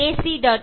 ac